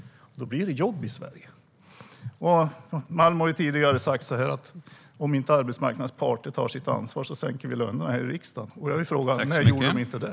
Då blir det jobb i Sverige." Fredrik Malm har tidigare sagt att om inte arbetsmarknadens parter tar sitt ansvar sänker vi här i riksdagen lönerna. Jag vill fråga: När har de inte gjort det?